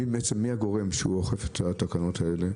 מי הגורם שאוכף את התקנות האלה?